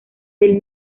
del